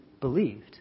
believed